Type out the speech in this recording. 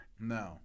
No